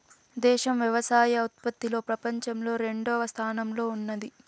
దేశం వ్యవసాయ ఉత్పత్తిలో పపంచంలో రెండవ స్థానంలో ఉన్నాది